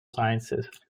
sciences